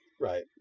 Right